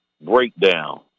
breakdown